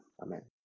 Amen